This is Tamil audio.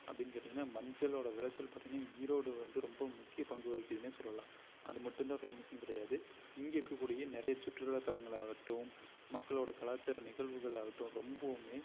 அப்படின்னு கேட்டிங்கன்னா மஞ்சளோட விளைச்சல் பார்த்தீங்கனா ஈரோடு வந்து ரொம்ப முக்கிய பங்கு வகிக்குதுனே சொல்லலாம் அது மட்டும் தான் ஃபேமஸ்னு கிடையாது இங்கே இருக்கக்கூடிய நிறைய சுற்றுலா தளங்களாகட்டும் மக்களோட கலாச்சார நிகழ்வுகளாகட்டும் ரொம்பவுமே